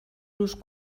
los